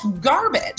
garbage